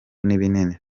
n’ibinini